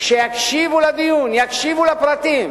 שיקשיבו לדיון, יקשיבו לפרטים,